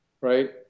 right